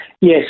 Yes